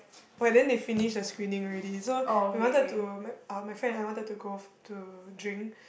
but then they finished the screening already so we wanted to my uh my friend and I wanted to go to drink